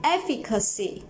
Efficacy